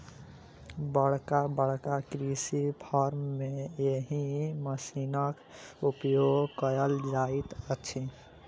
बड़का बड़का कृषि फार्म मे एहि मशीनक उपयोग कयल जाइत अछि